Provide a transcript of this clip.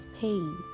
pain